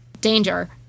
danger